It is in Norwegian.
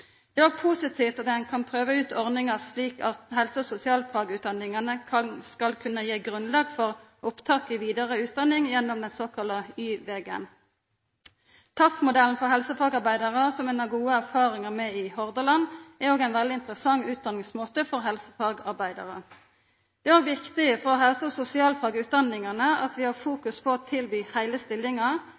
Det er òg positivt at ein kan prøva ut ordningar, slik at helse- og sosialfagutdanningane skal kunna gje grunnlag for opptak til vidare utdanning gjennom den såkalla Y-vegen. TAF-modellen for helsefagarbeidarar, som ein har gode erfaringar med i Hordaland, er òg ein veldig interessant utdanningsmåte for helsefagarbeidarar. Det er òg viktig for helse- og sosialfagutdanningane at vi har fokus på å tilby heile